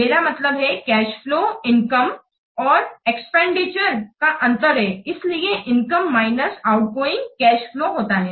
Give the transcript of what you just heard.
मेरा मतलब cash flow income और एक्सपेंडिचर का अंतर इसलिए income minus outgoing cash flow होता है